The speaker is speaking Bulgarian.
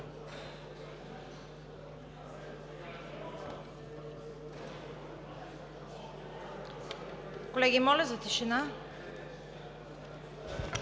Колеги, моля за тишина!